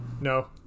No